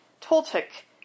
Toltec